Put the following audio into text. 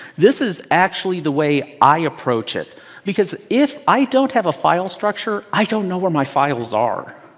this is actually the way i approach it because if i don't have a file structure, i don't know where my files are.